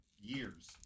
years